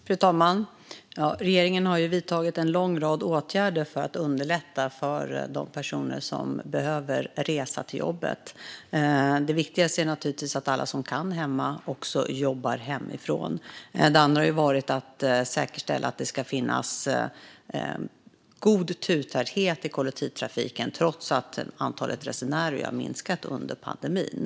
Fru talman! Regeringen har vidtagit en lång rad åtgärder för att underlätta för de personer som behöver resa till jobbet. Det viktigaste är att alla som kan jobba hemifrån också gör det. Det andra har varit att säkerställa att det ska vara god turtäthet i kollektivtrafiken, trots att antalet resenärer har minskat under pandemin.